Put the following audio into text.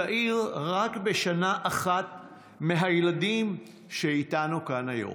צעיר רק בשנה אחת מהילדים שאיתנו כאן היום.